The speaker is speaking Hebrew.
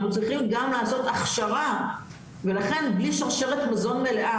אנחנו צריכים גם לעשות הכשרה ולכן בלי שרשרת מזון מלאה